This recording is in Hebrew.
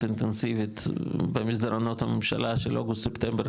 אינטנסיבית במסדרונות הממשלה של אוגוסט ספטמבר,